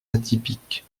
atypiques